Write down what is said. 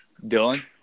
Dylan